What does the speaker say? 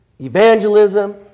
evangelism